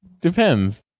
Depends